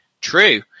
true